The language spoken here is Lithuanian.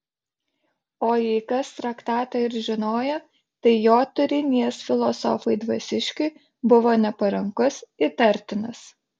o jei kas traktatą ir žinojo tai jo turinys filosofui dvasiškiui buvo neparankus įtartinas